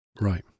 right